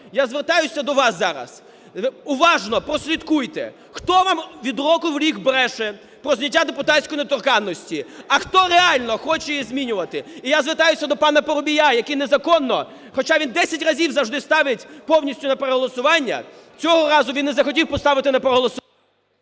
я звертаюся до вас зараз. Уважно прослідкуйте, хто вам від року в рік бреше про зняття депутатської недоторканності, а хто реально хоче її змінювати. І я звертаюся до пана Парубія, який незаконно, хоча він десять разів завжди ставить повністю на переголосування, цього разу він не захотів поставити на переголосування.